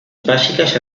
básicas